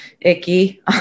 icky